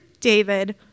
David